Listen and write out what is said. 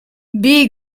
bij